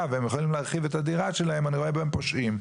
והם יכולים להרחיב את הדירה שלהם ואני רואה בהם פושעים.